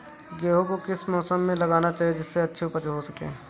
गेहूँ को किस मौसम में लगाना चाहिए जिससे अच्छी उपज हो सके?